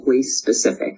specific